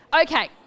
Okay